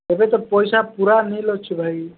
ଏବେ ତ ପଇସା ପୁରା ନିଲ୍ ଅଛି ଭାଇ